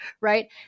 right